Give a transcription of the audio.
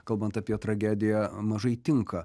kalbant apie tragediją mažai tinka